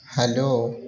hello